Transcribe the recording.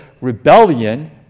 Rebellion